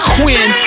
Quinn